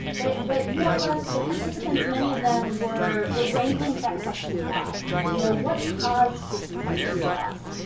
but but more or less the participants, many of them, were wrangling with that question why, you know? what caused this pregnancy loss?